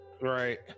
right